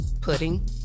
pudding